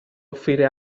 offrire